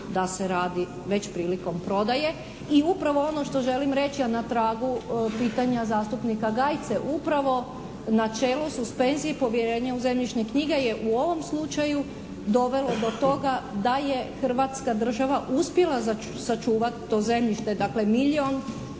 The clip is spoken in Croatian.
da se radi već prilikom prodaje. I upravo ono što želim reći a na tragu pitanja zastupnika Gajice upravo u načelu suspenzije povjerenja u zemljišne knjige je u ovom slučaju dovelo do toga da je Hrvatska država uspjela sačuvati to zemljište. Dakle milijun